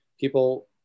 people